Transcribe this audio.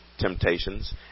temptations